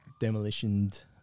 demolitioned